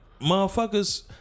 motherfuckers